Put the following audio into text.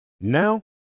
Now